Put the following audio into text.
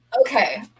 Okay